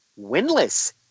winless